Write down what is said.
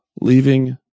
leaving